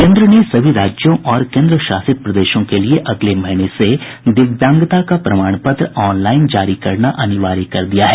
केन्द्र ने सभी राज्यों और केन्द्रशासित प्रदेशों के लिए अगले महीने से दिव्यांगता का प्रमाण पत्र ऑनलाइन जारी करना अनिवार्य कर दिया है